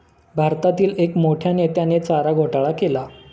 भारतातील एक मोठ्या नेत्याने चारा घोटाळा केला